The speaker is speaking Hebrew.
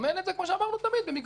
כמו שאמרנו תמיד - במגבלות.